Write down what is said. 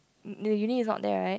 the uni is not there right